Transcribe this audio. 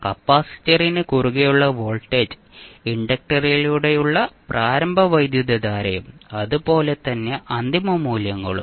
കപ്പാസിറ്ററിന് കുറുകെയുള്ള വോൾട്ടേജ് ഇൻഡക്റ്ററിലൂടെയുള്ള പ്രാരംഭ വൈദ്യുതധാരയും അതുപോലെ തന്നെ അന്തിമ മൂല്യങ്ങളും